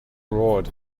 roared